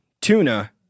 tuna